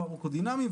פארמה קודינמי,